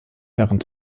während